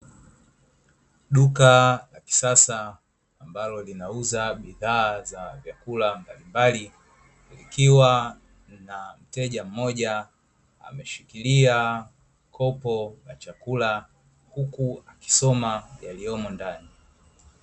Duka la kisasa ambalo linauza bidhaa za vyakula mbalimbali, likiwa na mteja mmoja ameshikilia kopo la chakula, huku akisoma yaliyomo ndani.